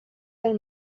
del